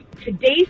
today's